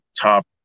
top